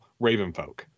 Ravenfolk